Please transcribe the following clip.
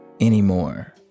anymore